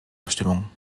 abstimmung